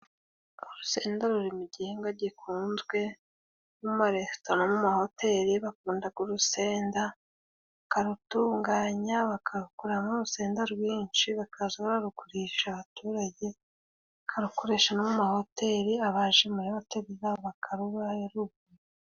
Urusenda ruri mu gihingwa gikunzwe mu maresitora, mu mahoteli bakundaga urusenda bakarutunganya bakakuramo urusenda rwinshi bakaza barugurisha abaturage bakarugurisha no mu mahoteli abaje muri hotel zabo bakarubahera Ubuntu.